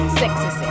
sexy